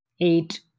eight